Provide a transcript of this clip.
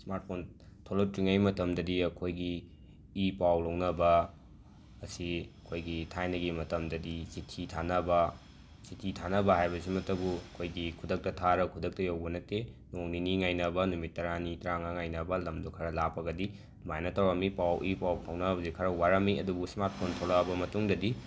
smartphone ꯊꯣꯛꯂꯛꯇ꯭ꯔꯤꯉꯩ ꯃꯇꯝꯗꯗꯤ ꯑꯩꯈꯣꯏꯒꯤ ꯏ ꯄꯥꯎ ꯂꯧꯅꯕ ꯑꯁꯤ ꯑꯩꯈꯣꯏꯒꯤ ꯊꯥꯏꯅꯒꯤ ꯃꯇꯝꯗꯗꯤ ꯆꯤꯊꯤ ꯊꯥꯅꯕ ꯆꯤꯊꯤ ꯊꯥꯅꯕ ꯍꯥꯏꯕꯁꯤꯃꯛꯇꯕꯨ ꯑꯩꯈꯣꯏꯒꯤ ꯈꯨꯗꯛꯇ ꯊꯥꯔꯒ ꯈꯨꯗꯛꯇ ꯌꯧꯕ ꯅꯠꯇꯦ ꯅꯣꯡ ꯅꯤꯅꯤ ꯉꯥꯏꯅꯕ ꯅꯨꯃꯤꯠ ꯇꯔꯥꯅꯤ ꯇ꯭ꯔꯥꯉꯥ ꯉꯥꯏꯅꯕ ꯂꯝꯗꯣ ꯈꯔ ꯂꯥꯞꯄꯒꯗꯤ ꯑꯗꯨꯃꯥꯏꯅ ꯇꯧꯔꯝꯃꯤ ꯄꯥꯎ ꯏ ꯄꯥꯎ ꯐꯥꯎꯅꯕꯁꯦ ꯈꯔ ꯋꯥꯔꯝꯃꯤ ꯑꯗꯨꯕꯨ ꯁ꯭ꯃꯥꯠꯐꯣꯟ ꯊꯣꯛꯂꯛꯂꯕ ꯃꯇꯨꯡꯗꯗꯤ